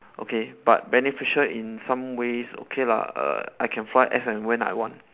okay but beneficial in some ways okay lah err I can fly as and when I want